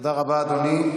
תודה רבה, אדוני.